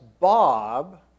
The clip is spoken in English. Bob